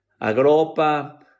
Agropa